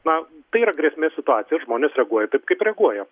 na tai yra grėsmės situacija ir žmonės reaguoja taip kaip reaguoja